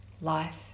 life